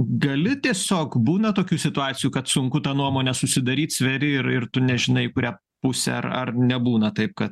gali tiesiog būna tokių situacijų kad sunku tą nuomonę susidaryt sveri ir ir tu nežinai kurią pusę ar ar nebūna taip ka